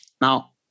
now